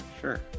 Sure